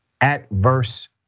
Adverse